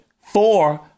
four